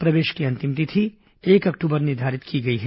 प्रवेश की अंतिम तिथि एक अक्टूबर निर्धारित की गई है